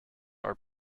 are